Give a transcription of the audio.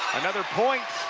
another point,